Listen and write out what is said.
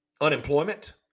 Unemployment